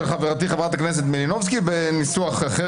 חברתי חברת הכנסת מלינובסקי בניסוח אחר.